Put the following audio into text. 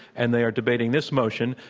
and they are debating this motion,